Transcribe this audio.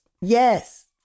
Yes